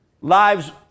lives